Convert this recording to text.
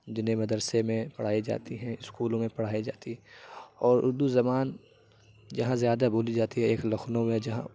جنہیں مدرسے میں پڑھائی جاتی ہے اسکولوں میں پڑھائی جاتی ہے اور اردو زبان جہاں زیادہ بولی جاتی ہے ایک لکھنؤ میں جہاں